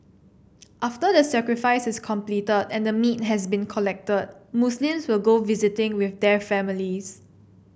after the sacrifice is completed and the meat has been collected Muslims will go visiting with their families